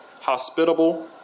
hospitable